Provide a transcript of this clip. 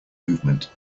movement